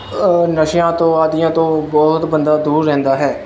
ਨਸ਼ਿਆਂ ਤੋਂ ਆਦੀਆਂ ਤੋਂ ਬਹੁਤ ਬੰਦਾ ਦੂਰ ਰਹਿੰਦਾ ਹੈ